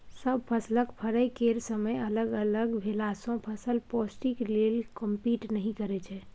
सब फसलक फरय केर समय अलग अलग भेलासँ फसल पौष्टिक लेल कंपीट नहि करय छै